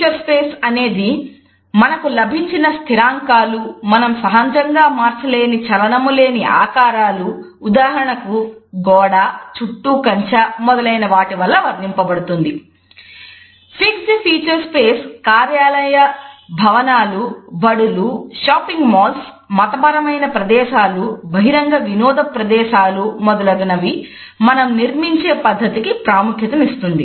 fixed feature space కార్యాలయ భవనాలు బడులు షాపింగ్ మాల్స్ మతపరమైన ప్రదేశాలు బహిరంగ వినోద ప్రదేశాలు మొదలగునవి మనం నిర్మించే పద్ధతికి ప్రాముఖ్యతనిఇస్తుంది